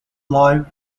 live